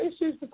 issues